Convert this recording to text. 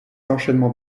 enchaînement